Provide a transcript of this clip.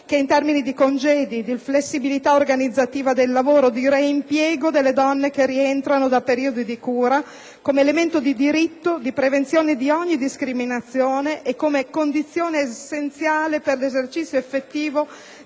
figurativa), di congedi, di flessibilità organizzativa del lavoro e di reimpiego delle donne che rientrano da periodi di cura, come elemento di diritto, di prevenzione di ogni discriminazione, come condizione essenziale per l'esercizio effettivo